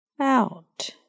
out